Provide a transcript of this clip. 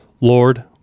Lord